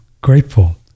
grateful